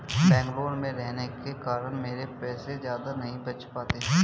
बेंगलुरु में रहने के कारण मेरे पैसे ज्यादा नहीं बच पाते